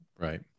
right